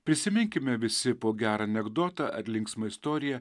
prisiminkime visi po gerą anekdotą ar linksmą istoriją